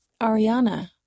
Ariana